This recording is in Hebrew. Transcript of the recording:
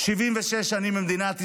76 שנים למדינת ישראל,